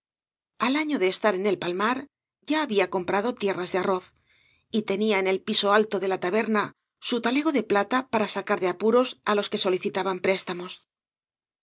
al afio de estar en el palmar ya había comprado tierras de arroz y tenía en el piso alto de la taberna su talego de plata para sacar de apuros á los que solicitaban préstamos